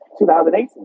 2018